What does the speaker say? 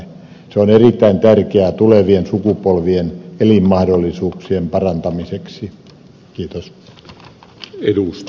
se on erittäin tärkeää tulevien sukupolvien elinmahdollisuuksien parantamiseksi